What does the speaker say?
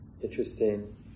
interesting